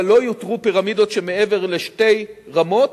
אבל לא יותרו פירמידות שמעבר לשתי רמות,